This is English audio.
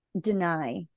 deny